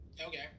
Okay